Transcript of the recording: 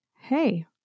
hey